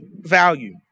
value